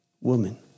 woman